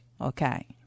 Okay